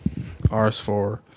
RS4